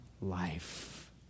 life